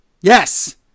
Yes